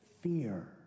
fear